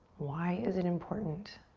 why is it important?